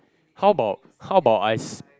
how about how about I